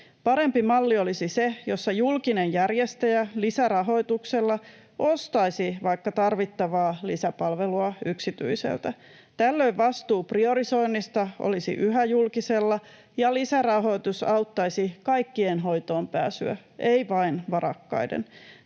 Parempi malli olisi se, missä julkinen järjestäjä lisärahoituksella ostaisi vaikka tarvittavaa lisäpalvelua yksityiseltä. Tällöin vastuu priorisoinnista olisi yhä julkisella ja lisärahoitus auttaisi kaikkien hoitoonpääsyä, ei vain varakkaiden.